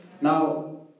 Now